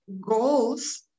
goals